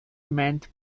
meant